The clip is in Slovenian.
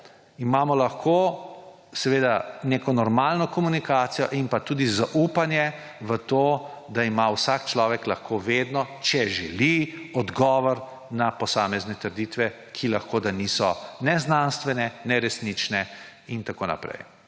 imamo lahko neko normalno komunikacijo in pa tudi zaupanje v to, da ima vsak človek lahko vedno, če želi, odgovor na posamezne trditve, ki lahko da niso ne znanstvene, ne resnične in tako naprej.